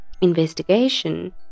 investigation